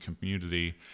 community